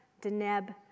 Deneb